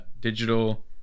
digital